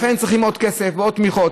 לכן צריכים עוד כסף ועוד תמיכות.